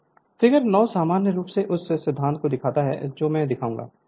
figure 9 सामान्य रूप से उस सिद्धांत को दिखाता है जो मैं दिखाऊंगा